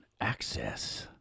access